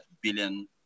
billion